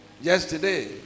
yesterday